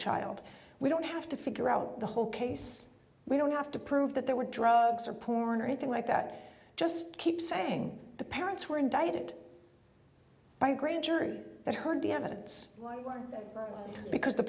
child we don't have to figure out the whole case we don't have to prove that there were drugs or porn or anything like that just keep saying the parents were indicted by a grand jury that heard the evidence because the